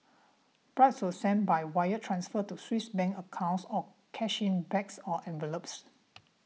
bribes were sent by wire transfer to Swiss Bank accounts or cash in bags or envelopes